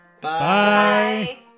Bye